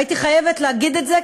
הייתי חייבת להגיד את זה,